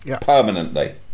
permanently